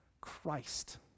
Christ